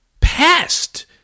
past